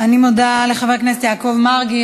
אני מודה לחבר הכנסת יעקב מרגי.